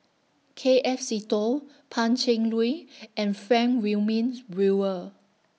K F Seetoh Pan Cheng Lui and Frank Wilmin's Brewer